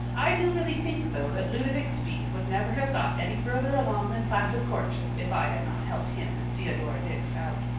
i do really think, though, that ludovic speed would never have got any further along than placid courtship if i had not helped him and theodora dix out.